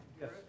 Yes